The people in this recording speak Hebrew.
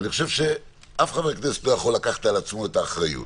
ואני חושב שאף חבר כנסת לא יכול לקחת על עצמו את האחריות.